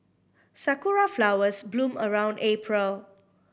sakura flowers bloom around April